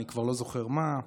אני כבר לא זוכר מה.